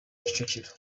kicukiro